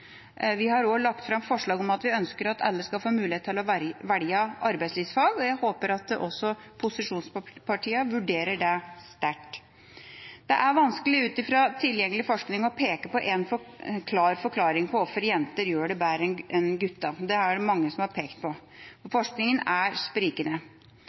Vi har også lagt fram forslag om at alle skal få mulighet til å velge arbeidslivsfag, og jeg håper at også posisjonspartiene vurderer det sterkt. Det er vanskelig ut fra tilgjengelig forskning å peke på en klar forklaring på hvorfor jenter gjør det bedre enn guttene. Det er det mange som har pekt på. Forskningen er sprikende.